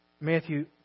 Matthew